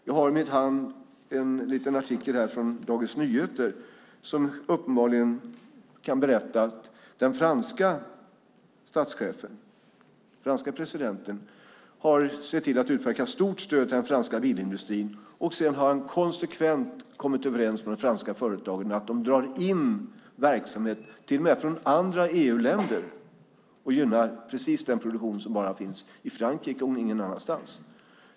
Jag har i min hand en liten artikel från Dagens Nyheter som uppenbarligen kan berätta att den franske presidenten har sett till att utverka ett stort stöd till den franska bilindustrin, och sedan har han konsekvent kommit överens med de franska företagen om att de drar in verksamhet till och med från andra EU-länder och gynnar precis den produktion som bara finns i Frankrike och ingen annanstans.